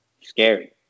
scary